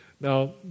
Now